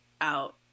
out